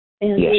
Yes